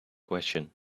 question